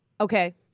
Okay